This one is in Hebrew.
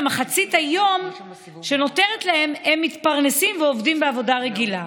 במחצית היום שנותרת להם הם מתפרנסים ועובדים בעבודה רגילה.